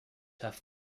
have